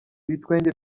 ibitwenge